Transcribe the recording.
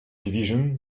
division